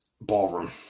ballroom